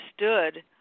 understood